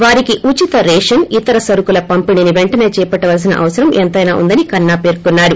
వారికి ఉచిత రేషన్ ఇతర సరుకులు పంపిణీని పెంటనే చేపట్టాల్పిన అవసరం ఎంత్రెనా ఉందని కన్నా పేర్కొన్నారు